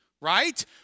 right